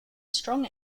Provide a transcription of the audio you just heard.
strong